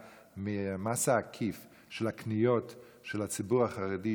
מהמס העקיף של הקניות של הציבור החרדי,